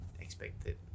expected